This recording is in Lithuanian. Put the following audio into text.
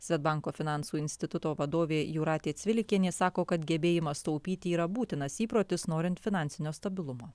svedbank finansų instituto vadovė jūratė cvilikienė sako kad gebėjimas taupyti yra būtinas įprotis norint finansinio stabilumo